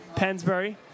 Pensbury